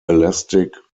elastic